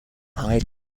hyde